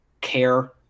care